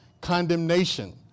condemnation